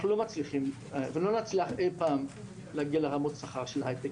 אנחנו לא מצליחים ולא נצליח אי פעם להגיע לרמות השכר של ההייטק.